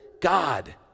God